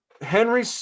Henry